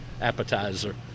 appetizer